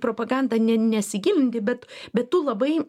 propagandą ne nesigilinti bet bet tu labai